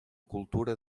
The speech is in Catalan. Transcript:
cultura